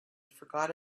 forgot